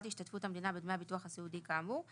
השתתפות המדינה בדמי הביטוח הסיעודי כאמור,